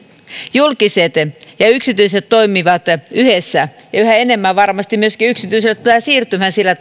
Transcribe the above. julkiset ja yksityiset toimivat yhdessä ja yhä enemmän varmasti myöskin yksityisten suuntaan tullaan siirtymään sillä